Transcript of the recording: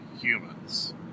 humans